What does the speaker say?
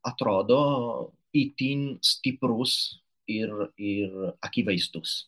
atrodo itin stiprus ir ir akivaizdus